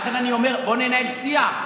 לכן אני אומר, בוא ננהל שיח.